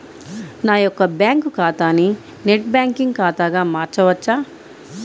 నా యొక్క బ్యాంకు ఖాతాని నెట్ బ్యాంకింగ్ ఖాతాగా మార్చవచ్చా?